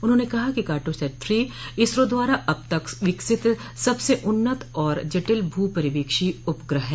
उन्होंने कहा कि कार्टोसैट थ्री इसरो द्वारा अब तक विकसित सबसे उन्नत और जटिल भू पर्यवेक्षी उपग्रह है